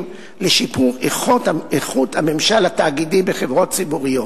לשיפור איכות הממשל התאגידי בחברות ציבוריות.